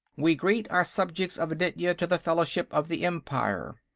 we greet our subjects of aditya to the fellowship of the empire.